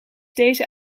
deze